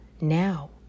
now